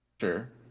Sure